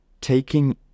taking